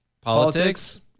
politics